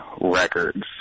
records